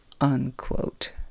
unquote